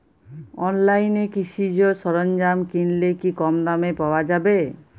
অনলাইনে কৃষিজ সরজ্ঞাম কিনলে কি কমদামে পাওয়া যাবে?